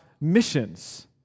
missions